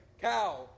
cow